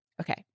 Okay